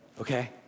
Okay